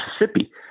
Mississippi